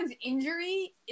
injury